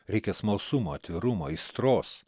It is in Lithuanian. reikia smalsumo atvirumo aistros